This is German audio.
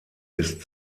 ist